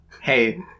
Hey